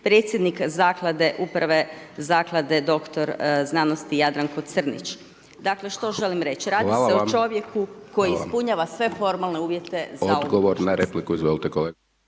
predsjednik zaklade uprave, Zaklade doktor znanosti Jadranko Crnić. Dakle, što želim reći? Radi se o čovjeku koji ispunjava sve formalne uvjete za ovu